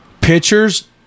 Pitchers